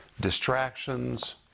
distractions